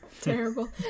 terrible